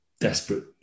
desperate